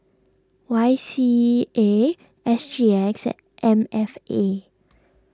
Y C A S G X and M F A